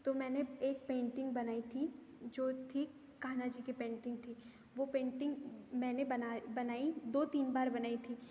तो मैंने एक पेंटिंग बनाई थी जो थी कान्हा जी की पेंटिंग थी वो पेंटिंग मैंने बना बनाई दो तीन बार बनाई थी